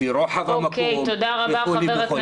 לפי רוחב המקום, וכו', וכו'.